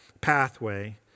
pathway